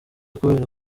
kubera